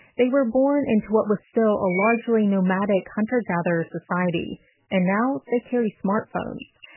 they were born into what was still a largely nomadic hunter gatherer society and now they carry smartphones.